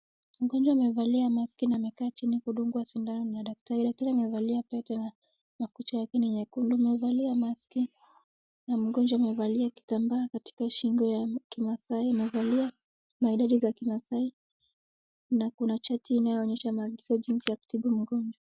Mgonjwa amevalia mask na amekaa chini kudungwa sindano na daktari lakini amevalia pete na kucha yake ni nyekundu, amevalia mask na mgonjwa amevalia kitambaa katika shingo yake maasai amevalia maridadi za kimaasai na kuna cheti inayoonyesha maagizo jinsi ya kutibu mgonjwa.